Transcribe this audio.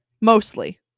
mostly